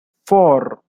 four